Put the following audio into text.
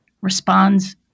responds